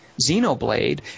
Xenoblade